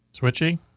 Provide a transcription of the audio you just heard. Switchy